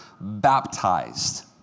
baptized